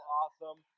awesome